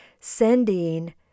sending